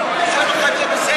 לא, אני שואל אותך אם זה בסדר,